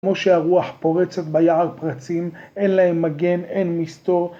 כמו שהרוח פורצת ביער פרצים, אין להם מגן, אין מסתור.